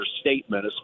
statement